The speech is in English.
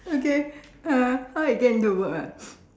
okay uh how I get into work ah